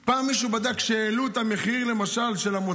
פעם מישהו בדק, כשהעלו את המחיר של המוצרים,